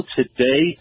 today